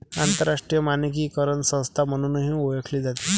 आंतरराष्ट्रीय मानकीकरण संस्था म्हणूनही ओळखली जाते